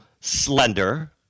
slender